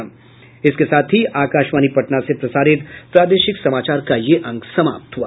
इसके साथ ही आकाशवाणी पटना से प्रसारित प्रादेशिक समाचार का ये अंक समाप्त हुआ